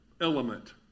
element